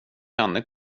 henne